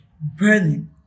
burning